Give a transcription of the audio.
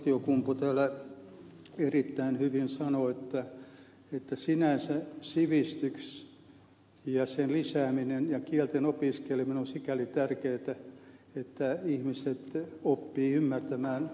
kaltiokumpu täällä erittäin hyvin sanoi että sinänsä sivistys ja sen lisääminen ja kielten opiskeleminen on sikäli tärkeätä että ihmiset oppivat ymmärtämään toisten kulttuuria